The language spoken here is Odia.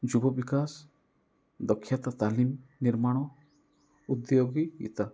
ଯୁବ ବିକାଶ ଦକ୍ଷତା ତାଲିମ ନିର୍ମାଣ ଉଦ୍ୟାେଗୀ ଇତ